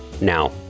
Now